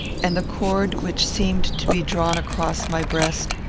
and the cord which seemed to be drawn across my breast,